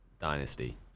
dynasty